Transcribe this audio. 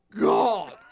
God